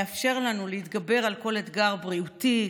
יאפשר לנו להתגבר על כל אתגר בריאותי,